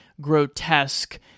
grotesque